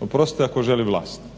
oprostite ako želi vlast.